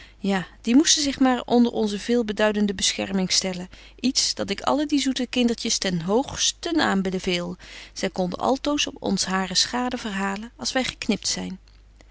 ja die moesten zich maar onder onze veelbeduidende bescherming stellen iets dat ik alle die zoete kindertjes ten hoogsten aanbeveel zy konden altoos op ons hare schade verhalen als wy geknipt zyn